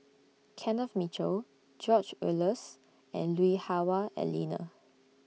Kenneth Mitchell George Oehlers and Lui Hah Wah Elena